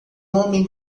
homem